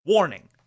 Warning